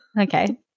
okay